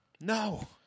No